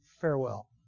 farewell